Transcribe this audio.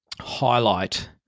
highlight